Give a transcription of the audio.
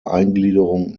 eingliederung